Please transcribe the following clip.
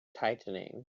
tightening